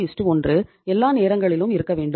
331 எல்லா நேரங்களிலும் இருக்க வேண்டும்